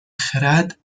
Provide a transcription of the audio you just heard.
خرد